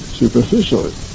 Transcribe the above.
superficially